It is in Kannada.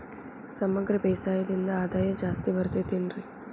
ಸಮಗ್ರ ಬೇಸಾಯದಿಂದ ಆದಾಯ ಜಾಸ್ತಿ ಬರತೈತೇನ್ರಿ?